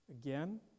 again